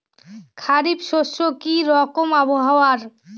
খরিফ শস্যে কি রকম আবহাওয়ার?